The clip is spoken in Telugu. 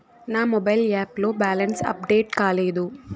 నా మొబైల్ యాప్ లో బ్యాలెన్స్ అప్డేట్ కాలేదు